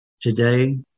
today